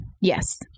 Yes